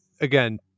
again